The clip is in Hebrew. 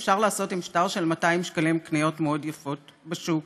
אפשר לעשות עם שטר 200 שקלים קניות מאוד יפות בשוק